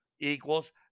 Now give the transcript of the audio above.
equals